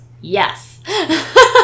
Yes